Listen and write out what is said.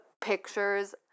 pictures